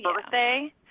birthday